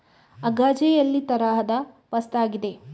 agar jelly ತರಹದ ವಸ್ತುವಾಗಿದೆ